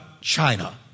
China